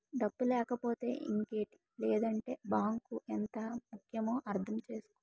డబ్బు లేకపోతే ఇంకేటి లేదంటే బాంకు ఎంత ముక్యమో అర్థం చేసుకో